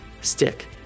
stick